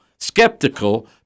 Skeptical